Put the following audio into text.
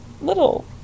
little